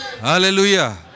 Hallelujah